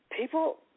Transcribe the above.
people